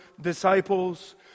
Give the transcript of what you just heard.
disciples